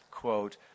quote